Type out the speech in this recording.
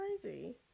crazy